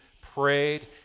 prayed